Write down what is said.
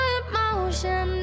emotion